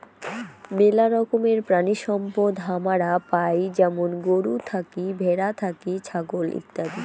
মেলা রকমের প্রাণিসম্পদ হামারা পাই যেমন গরু থাকি, ভ্যাড়া থাকি, ছাগল ইত্যাদি